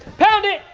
pound it.